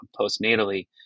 postnatally